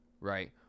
right